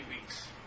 weeks